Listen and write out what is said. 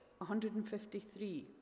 153